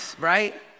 right